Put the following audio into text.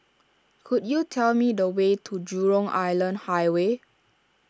could you tell me the way to Jurong Island Highway